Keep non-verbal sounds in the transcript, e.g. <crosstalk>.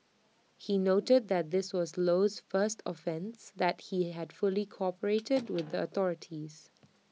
he noted that this was Low's first offence and that he had fully cooperated <noise> with the authorities